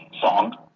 song